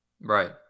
Right